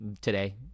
today